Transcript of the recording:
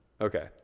Okay